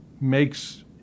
makes